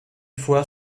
fois